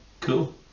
cool